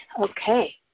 okay